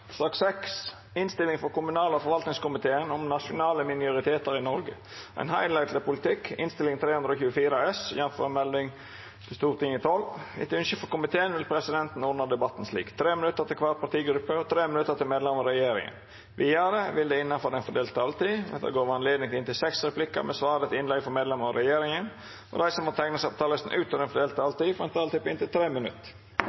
sak, men la oss ikke betvile hverandres motivasjon. Flere har ikke bedt om ordet til sak nr. 4. Etter ønske fra kommunal- og forvaltningskomiteen vil presidenten ordne debatten slik: 3 minutter til hvert partigruppe og 3 minutter til medlemmer av regjeringen. Videre vil det – innenfor den fordelte taletid – bli gitt anledning til inntil seks replikker med svar etter innlegg fra medlemmer av regjeringen, og de som måtte tegne seg på talerlisten utover den fordelte